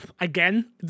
again